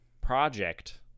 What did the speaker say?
project